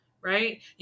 right